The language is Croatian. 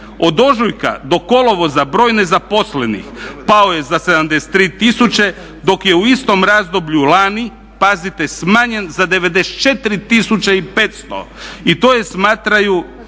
Od ožujka do kolovoza broj nezaposlenih pao je za 73000, dok je u istom razdoblju lani pazite smanjen za 94500 i to je smatraju